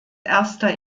erster